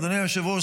אדוני היושב-ראש,